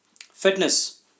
Fitness